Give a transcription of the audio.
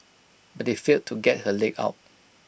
but they failed to get her leg out